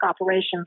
operations